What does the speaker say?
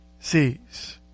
sees